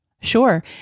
Sure